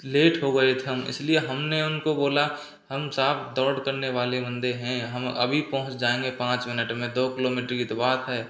late हो गए थे हम इसलिए हमने उनको बोला हम साहब दौड़ करने वाले बंदे हैं हम अभी पहुँच जाएंगे पाँच मिनट में दो किलोमीटर की तो बात है